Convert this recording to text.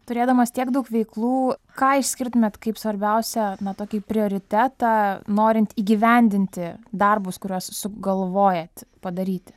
turėdamas tiek daug veiklų ką išskirtumėt kaip svarbiausią na tokį prioritetą norint įgyvendinti darbus kuriuos sugalvojat padaryti